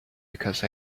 because